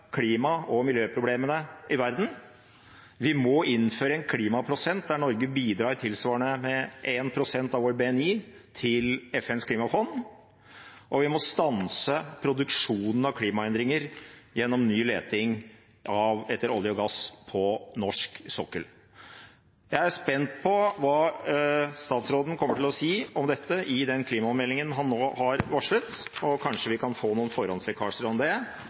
klima- og miljøproblemene i verden. Vi må innføre en klimaprosent der Norge bidrar tilsvarende med 1 pst. av vår BNI til FNs klimafond, og vi må stanse produksjonen av klimaendringer gjennom ny leting etter olje og gass på norsk sokkel. Jeg er spent på hva statsråden kommer til å si om dette i den klimameldingen han nå har varslet. Kanskje vi kan få noen forhåndslekkasjer om det